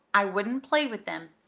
i wouldn't play with them.